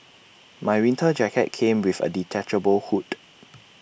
my winter jacket came with A detachable hood